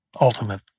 ultimate